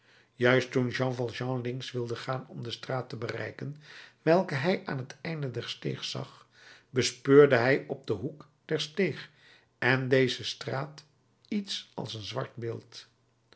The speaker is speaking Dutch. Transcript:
juist toen jean valjean links wilde gaan om de straat te bereiken welke hij aan het einde der steeg zag bespeurde hij op den hoek der steeg en deze straat iets als een zwart beeld